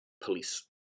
police